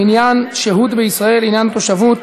מניין שהות בישראל לעניין תושבות),